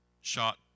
shot